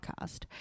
podcast